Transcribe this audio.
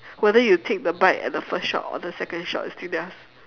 whether you take the bite at the first shop or the second shop it's still theirs